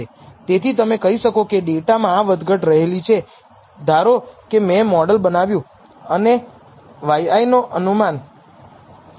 તેથી તમે કહી શકો કે ડેટામાં આ વધઘટ રહેલી છે ધારોકે મેં મોડલ બનાવ્યું અને yi નો અનુમાન કરવા પ્રયત્ન કરું છું